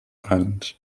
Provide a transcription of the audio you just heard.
islands